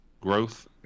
growth